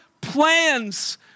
plans